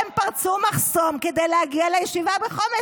הם פרצו מחסום כדי להגיע לישיבה בחומש,